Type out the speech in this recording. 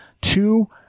two